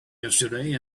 yesterday